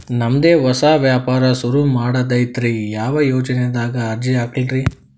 ನಮ್ ದೆ ಹೊಸಾ ವ್ಯಾಪಾರ ಸುರು ಮಾಡದೈತ್ರಿ, ಯಾ ಯೊಜನಾದಾಗ ಅರ್ಜಿ ಹಾಕ್ಲಿ ರಿ?